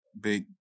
big